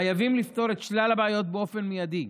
חייבים לפתור את שלל הבעיות באופן מיידי,